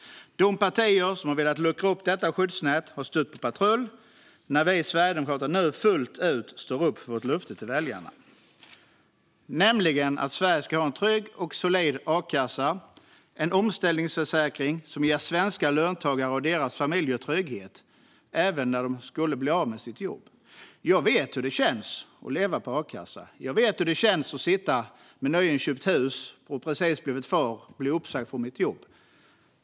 De partier som har velat luckra upp detta skyddsnät stöter på patrull när vi sverigedemokrater nu fullt ut står upp för vårt löfte till väljarna, nämligen att Sverige ska ha en trygg och solid a-kassa, en omställningsförsäkring som ger svenska löntagare och deras familjer trygghet, även om man skulle bli av med sitt jobb. Jag vet hur det känns att leva på a-kassa. Jag vet hur det känns att sitta med nyinköpt hus, precis ha blivit far och bli uppsagd från mitt jobb.